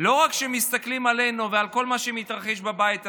לא רק שמסתכלים עלינו ועל כל מה שמתרחש בבית הזה,